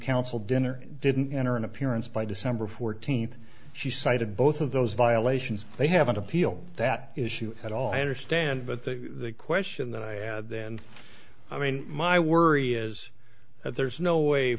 counsel dinner didn't enter an appearance by december fourteenth she cited both of those violations they have an appeal that issue at all i understand but the question that i had then i mean my worry is that there is no way